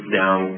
down